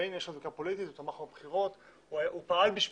והנה יש לו זיקה פוליטית כי הוא תמך בו בבחירות והוא פעל עבורו.